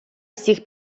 всіх